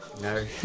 No